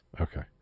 Okay